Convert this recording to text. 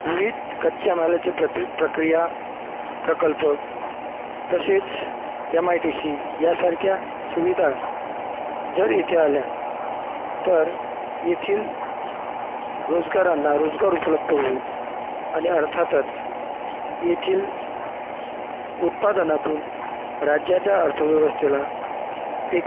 विविध कच्च्यामालाच्या प्रत्येक प्रक्रिया प्रकल्प तसेच यम आय डी सी यासारख्या सुविधा जर इथे आल्या तर येथील रोजगारांना रोजगार उपलब्ध होईल आणि अर्थातच येथील उत्पादनातून राज्याच्या अर्थव्यवस्थेला एक